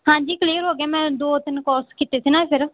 ਹਾਂਜੀ ਕਲੀਅਰ ਹੋ ਗਿਆ ਮੈਂ ਦੋ ਤਿੰਨ ਕੋਰਸ ਕੀਤੇ ਤੇ ਨਾ ਫਿਰ